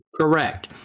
correct